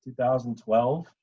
2012